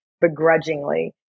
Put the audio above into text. begrudgingly